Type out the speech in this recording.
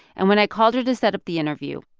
and when i called her to set up the interview,